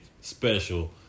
special